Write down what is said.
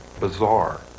bizarre